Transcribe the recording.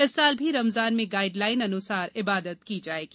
इस साल भी रमजान में गाइडलाइन अन्सार इबादत की जाएगी